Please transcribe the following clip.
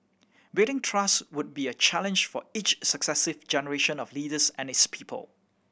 building trust would be a challenge for each successive generation of leaders and its people